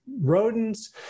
rodents